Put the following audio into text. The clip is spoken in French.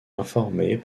informés